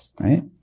Right